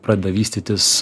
pradeda vystytis